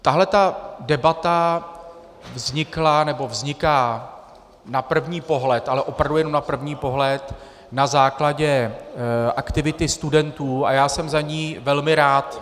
Tahle debata vznikla nebo vzniká na první pohled, ale opravdu jenom na první pohled, na základě aktivity studentů, a já jsem za ni velmi rád.